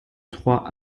trois